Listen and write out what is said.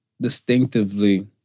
distinctively